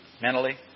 mentally